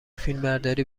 فیلمبرداری